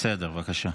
בסדר, בבקשה.